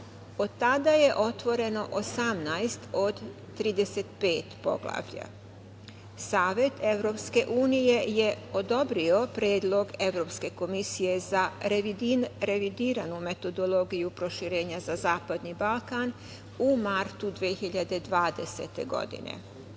Od tada je otvoreno 18 od 35 poglavlja. Savet EU je odobrio predlog Evropske komisije za revidiranu metodologiju proširenja za Zapadni Balkan u martu 2020. godine.